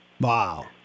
Wow